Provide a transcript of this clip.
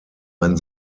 ein